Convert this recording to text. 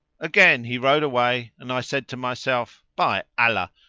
again he rode away and i said to myself, by allah,